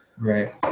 right